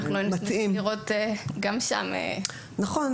אנחנו מכירות גם שם --- נכון.